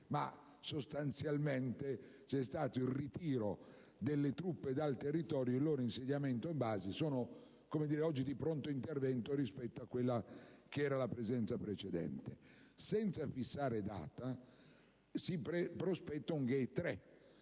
2, sostanzialmente c'è stato il ritiro delle truppe dal territorio e il loro insediamento, le basi, sono oggi di pronto intervento, rispetto a quella che era la presenza precedente. Senza fissare date, in